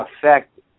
affect